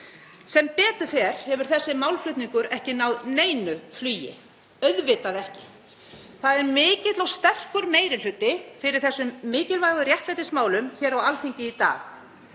Sem betur fer hefur þessi málflutningur ekki náð neinu flugi, auðvitað ekki. Það er mikill og sterkur meiri hluti fyrir þessum mikilvægu réttlætismálum hér á Alþingi í dag,